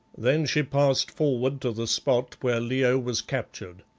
then she passed forward to the spot where leo was captured.